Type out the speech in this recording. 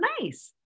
nice